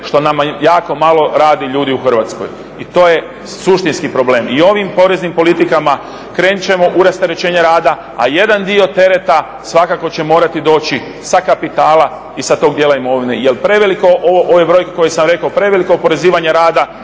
što nama jako malo radi ljudi u Hrvatskoj i to je suštinski problem. I ovim poreznim politikama krenut ćemo u rasterećenje rada, a jedan dio tereta svakako će morati doći sa kapitala i sa tog dijela imovine jer preveliko ove brojke koje sam rekao, preveliko oporezivanje rada